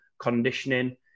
conditioning